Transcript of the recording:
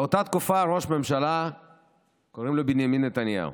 באותה תקופה לראש הממשלה קראו בנימין נתניהו.